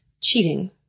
Cheating